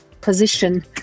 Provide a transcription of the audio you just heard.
Position